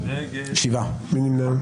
מי נמנע?